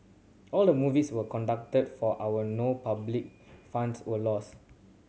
all the movies were conducted for our no public funds were lost